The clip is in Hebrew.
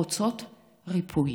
רוצות ריפוי.